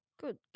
Good